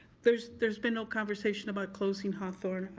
there's there's been no conversation about closing hawthorne.